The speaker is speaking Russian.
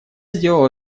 сделал